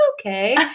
okay